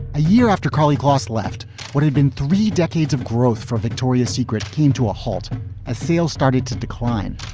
a year after karlie kloss left what had been three decades of growth from victoria's secret came to a halt as sales started to decline.